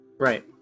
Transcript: Right